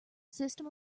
system